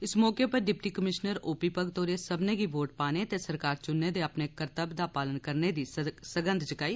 इस मौके उप्पर deputy commissioner O P Bhagat होरें सब्बनें गी वोट पाने ते सरकार चुनने दे अपने कर्तव्य दा पालन करने दी सगंघ चकाई